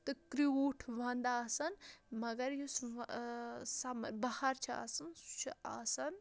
تہٕ کرٛوٗٹھ ونٛدٕ آسان مگر یُس آ سمر بہار چھُ آسان سُہ چھُ آسان